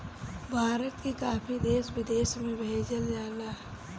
भारत के काफी देश विदेश में भेजल जाला